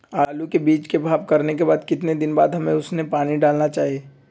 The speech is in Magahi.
आलू के बीज के भाव करने के बाद कितने दिन बाद हमें उसने पानी डाला चाहिए?